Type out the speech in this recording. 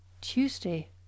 Tuesday